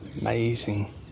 amazing